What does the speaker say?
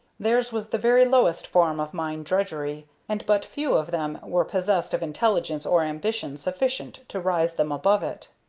theirs was the very lowest form of mine drudgery, and but few of them were possessed of intelligence or ambition sufficient to raise them above it.